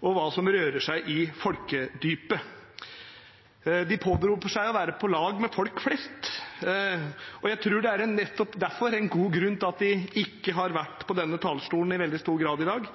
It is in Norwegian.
og hva som rører seg i folkedypet. De påberoper seg å være på lag med folk flest, og jeg tror det er en god grunn til at de ikke har vært på denne talerstolen i veldig stor grad i dag,